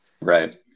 Right